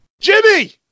Jimmy